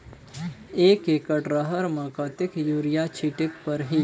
एक एकड रहर म कतेक युरिया छीटेक परही?